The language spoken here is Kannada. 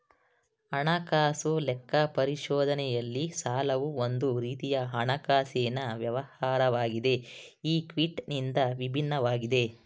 ಹಣಕಾಸು ಲೆಕ್ಕ ಪರಿಶೋಧನೆಯಲ್ಲಿ ಸಾಲವು ಒಂದು ರೀತಿಯ ಹಣಕಾಸಿನ ವ್ಯವಹಾರವಾಗಿದೆ ಈ ಕ್ವಿಟಿ ಇಂದ ವಿಭಿನ್ನವಾಗಿದೆ